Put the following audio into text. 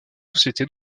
sociétés